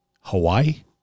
Hawaii